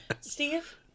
Steve